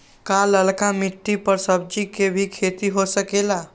का लालका मिट्टी कर सब्जी के भी खेती हो सकेला?